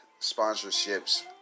sponsorships